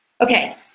Okay